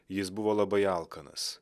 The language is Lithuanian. jis buvo labai alkanas